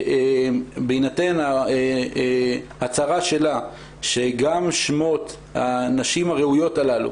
בהינתן ההצהרה שלה שגם שמות הנשים הראויות הללו